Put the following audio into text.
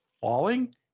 falling